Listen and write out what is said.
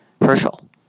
Herschel